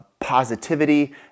positivity